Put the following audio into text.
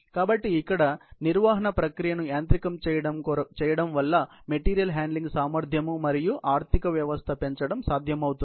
కాబట్టి ఇక్కడ నిర్వహణ ప్రక్రియను యాంత్రికం చేయడం వళ్ళ మెటీరియల్ హ్యాండ్లింగ్ సామర్థ్యం మరియు ఆర్థిక వ్యవస్థను పెంచడం సాధ్యమవుతుంది